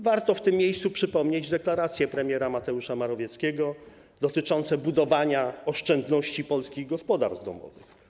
Warto w tym miejscu przypomnieć deklaracje premiera Mateusza Morawieckiego dotyczące budowania oszczędności polskich gospodarstw domowych.